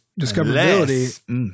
discoverability